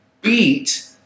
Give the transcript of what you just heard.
beat